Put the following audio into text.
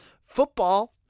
Football